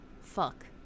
Fuck